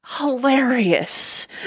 hilarious